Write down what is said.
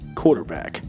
quarterback